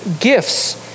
gifts